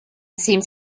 seemed